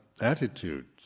attitudes